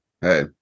Hey